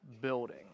building